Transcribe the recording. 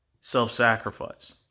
self-sacrifice